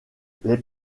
les